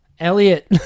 Elliot